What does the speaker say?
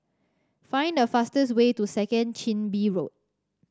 find the fastest way to Second Chin Bee Road